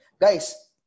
Guys